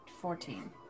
Fourteen